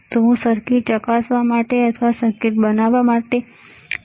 અને હું સર્કિટ ચકાસવા માટે એક સર્કિટ બનાવવા માંગુ છું